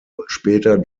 später